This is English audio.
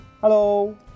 Hello